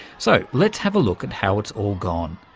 so let's have a look at how it's all gone,